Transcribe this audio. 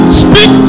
speak